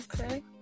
okay